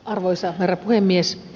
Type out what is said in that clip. arvoisa herra puhemies